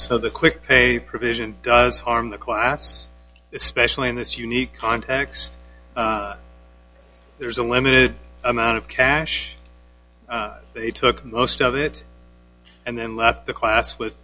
so the quick pay provision does harm the class especially in this unique context there's a limited amount of cash they took most of it and then left the class with